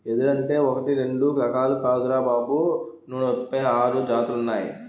ఎదురంటే ఒకటీ రెండూ రకాలు కాదురా బాబూ నూట ముప్పై ఆరు జాతులున్నాయ్